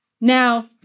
Now